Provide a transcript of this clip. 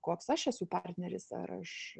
koks aš esu partneris ar aš